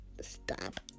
Stop